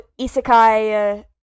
isekai